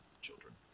children